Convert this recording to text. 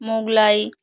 Mughlai